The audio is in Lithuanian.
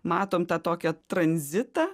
matom tą tokią tranzitą